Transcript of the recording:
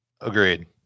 Agreed